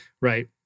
Right